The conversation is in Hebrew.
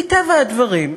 מטבע הדברים,